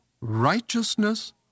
righteousness